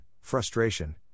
frustration